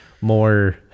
more